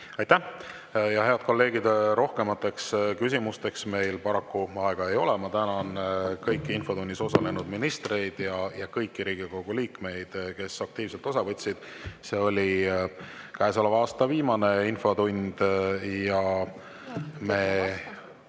Aitäh! Head kolleegid! Rohkemateks küsimusteks meil paraku aega ei ole. Ma tänan kõiki infotunnis osalenud ministreid ja kõiki Riigikogu liikmeid, kes aktiivselt osa võtsid. See oli käesoleva aasta viimane infotund. Me